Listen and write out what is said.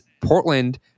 Portland